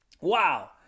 Wow